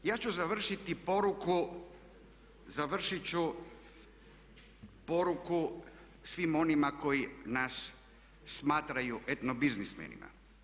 Ja ću završiti poruku, završiti ću poruku svim onima koji nas smatraju etno biznismenima.